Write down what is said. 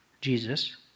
Jesus